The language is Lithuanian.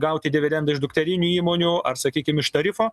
gauti dividendai iš dukterinių įmonių ar sakykim iš tarifo